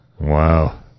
Wow